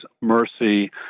mercy